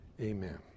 amen